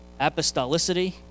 Apostolicity